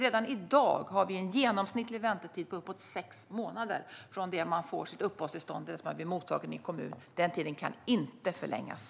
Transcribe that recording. Redan i dag har vi en genomsnittlig tid på uppemot sex månader från det att man får sitt uppehållstillstånd till dess att man blir mottagen i en kommun. Den tiden kan inte förlängas.